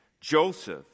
Joseph